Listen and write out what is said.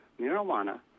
Marijuana